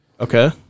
okay